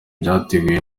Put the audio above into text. byateguwe